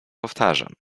powtarzam